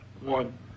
One